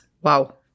Wow